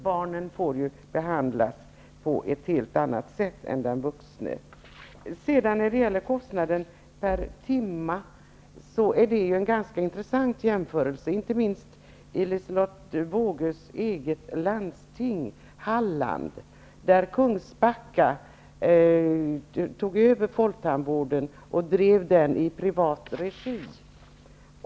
Barnen får ju behandlas på ett helt annat sätt än de vuxna. Det är vidare ganska intressant att jämföra kostnaderna per timme. Det gäller inte minst i Hallands läns landsting, Liselotte Wågös hemlandsting, där Kungsbacka tog över folktandvården och drev den i privat regi.